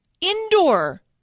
indoor